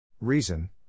Reason